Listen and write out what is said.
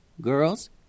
Girls